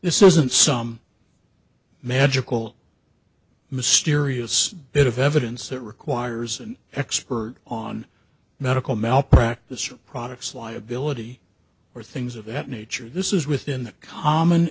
isn't some magical mysterious bit of evidence that requires an expert on medical malpractise or products liability or things of that nature this is within the common